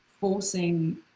forcing